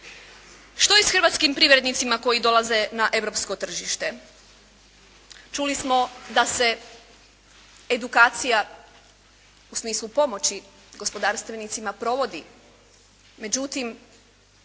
Što je s hrvatskim privrednicima koji dolaze na europsko tržište? Čuli smo da se edukacija u smislu pomoći gospodarstvenicima provodi, međutim